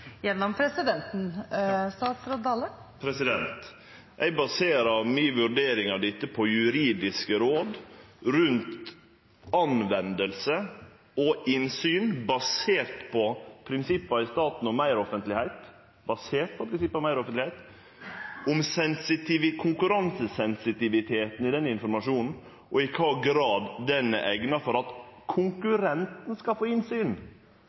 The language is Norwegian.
baserer mi vurdering av dette på juridiske råd om bruk og innsyn basert på prinsippa i staten om meir offentlegheit, om konkurransesensitiviteten i denne informasjonen, og i kva grad han er eigna for at konkurrentar skal få innsyn,